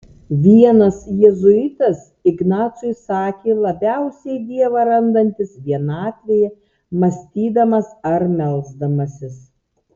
vienas jėzuitas ignacui sakė labiausiai dievą randantis vienatvėje mąstydamas ar melsdamasis